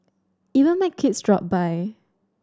even my kids dropped by